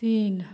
तीन